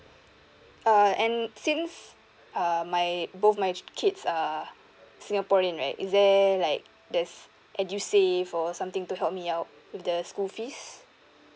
uh and since uh my both my kids are singaporean right is there like there's edusave or something to help me out with the school fees